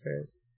first